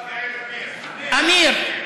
עמיר.